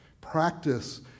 Practice